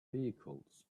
vehicles